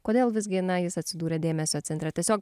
kodėl visgi na jis atsidūrė dėmesio centre tiesiog